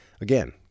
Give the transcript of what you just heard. Again